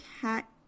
cat